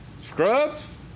Scrubs